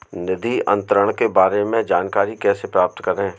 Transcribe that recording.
निधि अंतरण के बारे में जानकारी कैसे प्राप्त करें?